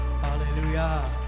hallelujah